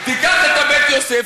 תיקח את בית-יוסף,